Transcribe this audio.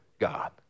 God